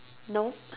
no